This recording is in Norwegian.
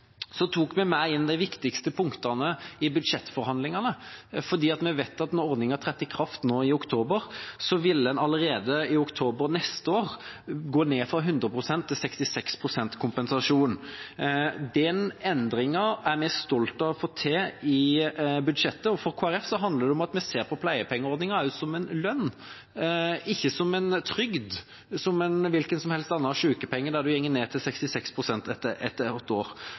Så tok vi med inn de viktigste punktene i budsjettforhandlingene, fordi vi visste at med ikrafttredelsen av ordningen nå i oktober ville en allerede i oktober neste år gå ned fra 100 pst. til 66 pst. kompensasjon. Endringen her er vi stolte av å ha fått til i budsjettet. For Kristelig Folkeparti handler det om at vi ser på pleiepengeordningen som en lønn, ikke som en trygd eller som en hvilken som helst annen sykepengeordning der en går ned til 66 pst. etter et år.